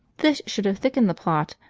this should have thickened the plot,